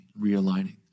realigning